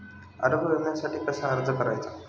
आरोग्य विम्यासाठी कसा अर्ज करायचा?